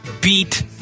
beat